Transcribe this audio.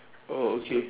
oh okay